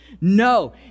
No